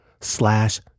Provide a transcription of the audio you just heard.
slash